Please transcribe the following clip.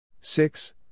Six